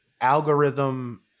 algorithm